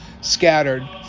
scattered